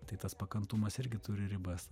tai tas pakantumas irgi turi ribas